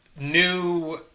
new